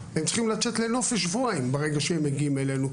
הם צריכים לצאת לנופש שבועיים ברגע שהם מגיעים אלינו.